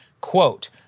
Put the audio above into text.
Quote